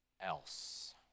else